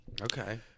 Okay